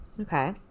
Okay